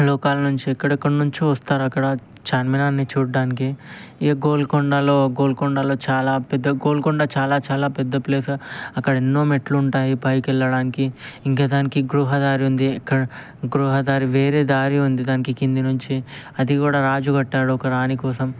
లోకాలా నుంచి ఎక్కడెక్కడి నుంచో వస్తారు అక్కడ చార్మినార్ని చూడ్డానికి ఇక గోల్కొండలో గోల్కొండలో చాలా పెద్ద గోల్కొండ చాలా చాలా పెద్ద ప్లేసు అక్కడ ఎన్నో మెట్లు ఉంటాయి పైకి వెళ్ళడానికి ఇంకా దానికి గృహదారి ఉంది అక్కడ గృహదారి వేరే దారి ఉంది దానికి కింద నుంచి అదికూడా రాజు కట్టాడు ఒక రాణి కోసం